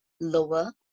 lower